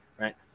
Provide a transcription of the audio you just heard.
right